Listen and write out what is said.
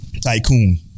tycoon